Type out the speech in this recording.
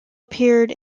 appeared